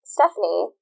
Stephanie